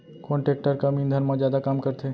कोन टेकटर कम ईंधन मा जादा काम करथे?